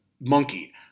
monkey